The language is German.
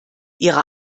ihre